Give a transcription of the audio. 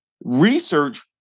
research